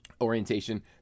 orientation